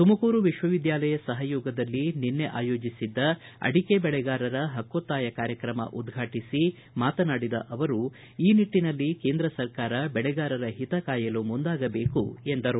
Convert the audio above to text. ತುಮಕೂರು ವಿಶ್ವವಿದ್ಯಾಲಯ ಸಹಯೋಗದಲ್ಲಿ ನಿನ್ನೆ ಆಯೋಜಿಸಿದ್ದ ಅಡಿಕೆ ಬೆಳೆಗಾರರ ಪಕ್ಕೊತ್ತಾಯ ಕಾರ್ಯಕ್ರಮವನ್ನು ಉದ್ಘಾಟಿಸಿ ಮಾತನಾಡಿದ ಅವರು ಈ ನಿಟ್ಟನಲ್ಲಿ ಕೇಂದ್ರ ಸರ್ಕಾರ ಬೆಳೆಗಾರರ ಹಿತ ಕಾಯಲು ಮುಂದಾಗಬೇಕು ಎಂದರು